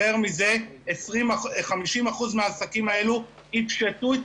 יותר מזה 50% מהעסקים האלה יפשטו את